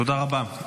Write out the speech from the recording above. תודה רבה.